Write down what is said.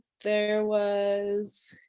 there was